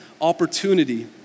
opportunity